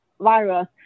virus